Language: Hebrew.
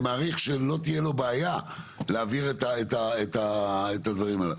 אני מעריך שלא תהיה לו בעיה להעביר את הדברים האלה.